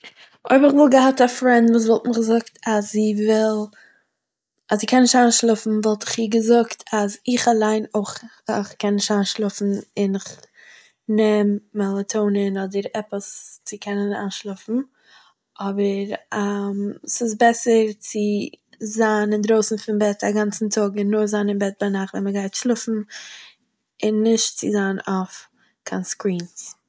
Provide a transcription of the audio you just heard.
אויב איך וואלט געהאט א פרענד וואס וואלט מיך געזאגט אז זי וויל אז זי קען נישט איינשלאפן וואלט איך איר געזאגט אז איך אליין אויך א איך קען נישט איינשלאפן און איך נעם מעלעטאנען אדער עפעס צו קענען איינשלאפן אבער ס'איז בעסער צו זיין אינדרויסן פון בעט א גאנצן טאג און נאר זיין אין בעט ביינאכט ווען מ'גייט שלאפן און נישט צו זיין אויף קיין סקרינס